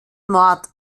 mord